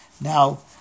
now